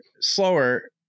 slower